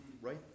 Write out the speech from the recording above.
right